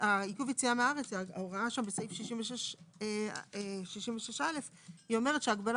ואז עיכוב יציאה מהארץ ההוראה בסעיף 66א אומרת שההגבלה